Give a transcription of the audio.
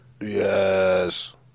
Yes